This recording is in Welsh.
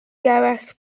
gerallt